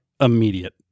immediate